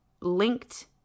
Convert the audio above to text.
linked